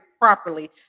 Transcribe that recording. properly